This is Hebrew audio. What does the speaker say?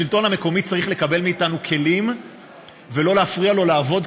השלטון המקומי צריך לקבל מאתנו כלים ולא להפריע לו לעבוד,